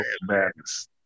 Madness